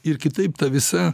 ir kitaip ta visa